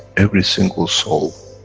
every single soul.